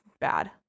bad